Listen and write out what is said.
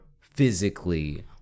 physically